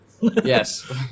Yes